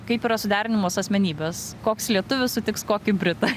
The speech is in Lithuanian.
kaip yra suderinimos asmenybės koks lietuvis sutiks kokį britą